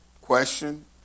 question